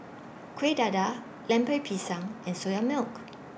Kueh Dadar Lemper Pisang and Soya Milk